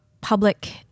public